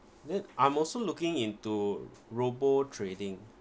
then I'm also looking into robo trading